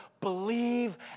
believe